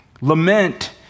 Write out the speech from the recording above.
Lament